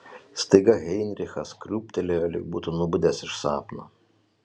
staiga heinrichas krūptelėjo lyg būtų nubudęs iš sapno